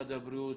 משרד הבריאות,